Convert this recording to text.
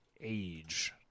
age